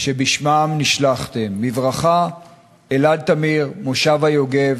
פנה אלי חבר הכנסת עיסאווי פריג'